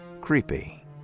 Creepy